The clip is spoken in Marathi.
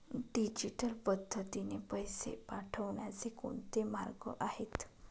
डिजिटल पद्धतीने पैसे पाठवण्याचे कोणते मार्ग आहेत?